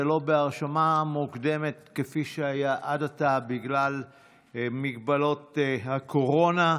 ולא בהרשמה מוקדמת כפי שהיה עד עתה בגלל מגבלות הקורונה.